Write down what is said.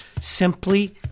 simply